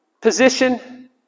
position